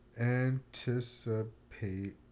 Anticipate